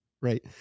right